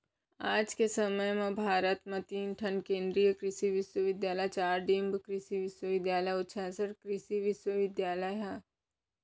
आज के समे म भारत म तीन ठन केन्द्रीय कृसि बिस्वबिद्यालय, चार डीम्ड कृसि बिस्वबिद्यालय अउ चैंसठ कृसि विस्वविद्यालय ह